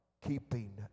keeping